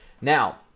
Now